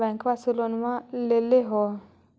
बैंकवा से लोनवा लेलहो हे?